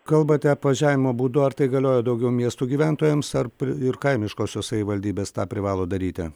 kalbate apvažiavimo būdu ar tai galioja daugiau miestų gyventojams ar ir kaimiškosios savivaldybės tą privalo daryti